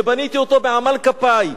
שבניתי אותו בעמל כפי,